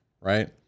right